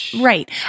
right